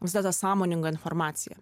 visa ta sąmoninga informacija